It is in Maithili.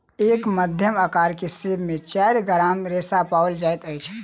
एक मध्यम अकार के सेब में चाइर ग्राम रेशा पाओल जाइत अछि